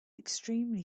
extremely